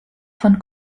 von